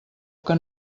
que